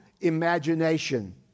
imagination